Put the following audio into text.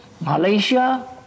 Malaysia